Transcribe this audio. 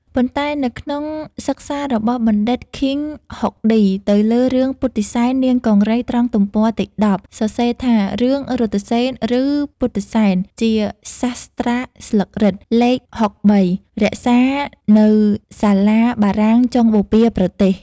ប៉ុន្តែនៅក្នុងសិក្សារបស់បណ្ឌិតឃីង ហុកឌីទៅលើរឿងពុទ្ធិសែននាងកង្រីត្រង់ទំព័រទី១០ សរសេរថា រឿងរថសេន ឬពុទ្ធសែន ជាសាស្ត្រាស្លឹករឹតលេខ ៦៣ រក្សានៅសាលាបារាំងចុងបូព៌ាប្រទេស។